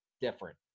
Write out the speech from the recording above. different